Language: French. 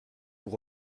vous